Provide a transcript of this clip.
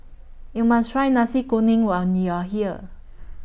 YOU must Try Nasi Kuning when YOU Are here